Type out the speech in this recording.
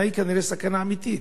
הסכנה היא כנראה סכנה אמיתית.